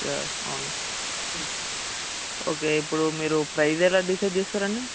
yeah అవును okay ఇప్పుడు మీరు ప్రైస్ ఎలా డిసైడ్ చేస్తారు అండి